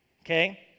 okay